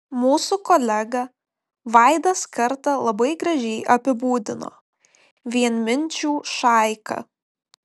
mūsų kolega vaidas kartą labai gražiai apibūdino vienminčių šaika